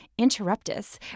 Interruptus